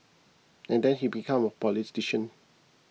and then he become a politician